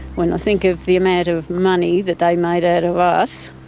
when i think of the amount of money that they made out of us,